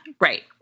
Right